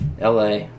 LA